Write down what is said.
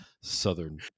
southern